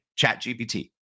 ChatGPT